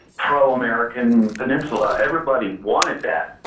pro-american peninsula. everybody wanted that.